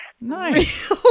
Nice